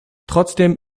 trotzdem